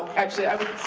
actually, i would